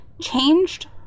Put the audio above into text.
changed